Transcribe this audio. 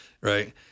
right